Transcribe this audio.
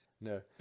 No